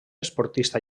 esportista